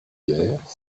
guerre